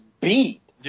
beat